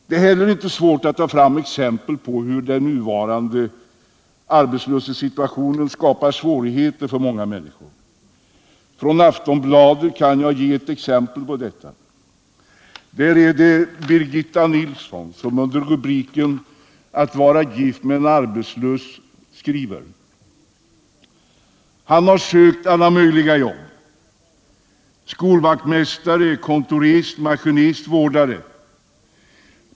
Det är heller inte svårt att ta fram exempel på hur den nuvarande arbetslöshetssituationen skapar svårigheter för många människor. Från Aftonbladet kan jag ge ett exempel på detta. Där är det Birgitta Nilsson, som under rubriken Att vara gift med en arbetslös bl.a. skriver: ”Han har sökt alla möjliga jobb. Skolvaktmästare, kontorist, maskinist, vårdare.